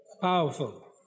Powerful